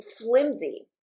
flimsy